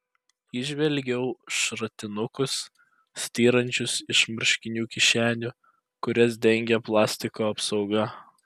įžvelgiau šratinukus styrančius iš marškinių kišenių kurias dengė plastiko apsauga